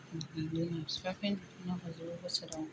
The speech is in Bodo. बिदिनो आङो फिसा फेनला नाहरजोबो बोसोराव